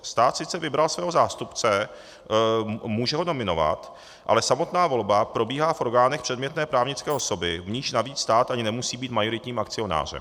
Stát sice vybral svého zástupce, může ho nominovat, ale samotná volba probíhá v orgánech předmětné právnické osoby, v níž navíc stát ani nemusí být majoritním akcionářem.